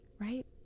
right